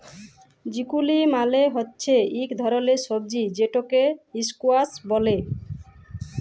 zucchini মালে হচ্যে ইক ধরলের সবজি যেটকে ইসকোয়াস ব্যলে